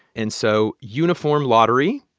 and so uniform lottery,